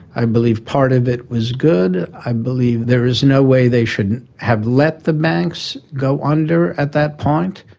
i believe part of it was good, i believe there is no way they should have let the banks go under at that point.